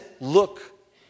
look